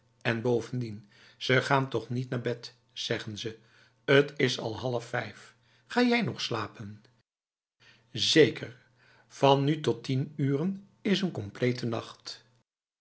en bovendien ze gaan toch niet naar bed zeggen ze het is al half vijf ga jij nog slapen zeker van nu tot tien uren is een complete nacht